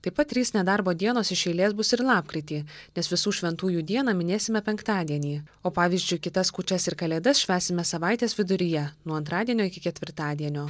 taip pat trys nedarbo dienos iš eilės bus ir lapkritį nes visų šventųjų dieną minėsime penktadienį o pavyzdžiui kitas kūčias ir kalėdas švęsime savaitės viduryje nuo antradienio iki ketvirtadienio